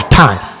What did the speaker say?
time